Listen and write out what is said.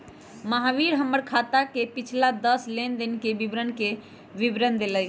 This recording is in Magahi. महावीर हमर खाता के पिछला दस लेनदेन के विवरण के विवरण देलय